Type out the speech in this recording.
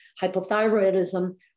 hypothyroidism